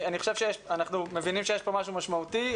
אנחנו מבינים שיש כאן משהו משמעותי.